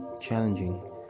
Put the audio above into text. challenging